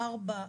ארבע,